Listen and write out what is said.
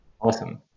Awesome